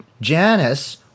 Janice